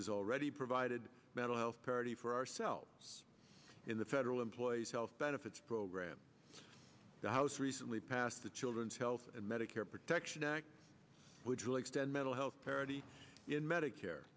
has already provided better health parity for ourselves in the federal employees health benefits program the house recently passed the children's health and medicare protection act which will extend mental health parity in medicare